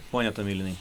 pone tomilinai